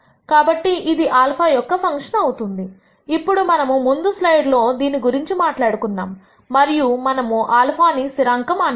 కాబట్టి ఇది α యొక్క ఫంక్షన్ అవుతుంది ఇప్పుడు మనము ముందు స్లైడ్ లో దీని గురించి మాట్లాడుకున్నాము మరియు మనము α ని స్థిరాంకం అన్నాము